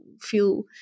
feel